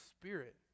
Spirit